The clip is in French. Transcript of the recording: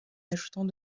ajoutant